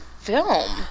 film